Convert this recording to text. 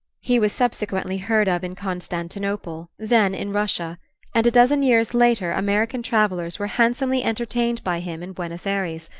he was subsequently heard of in constantinople, then in russia and a dozen years later american travellers were handsomely entertained by him in buenos ayres,